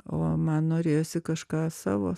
o man norėjosi kažką savo